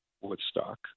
woodstock